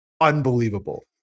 unbelievable